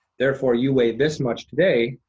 therefore, you weigh this much today,